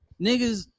Niggas